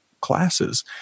classes